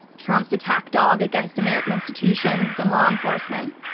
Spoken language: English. trump's attack dog against american institutions and law enforcement.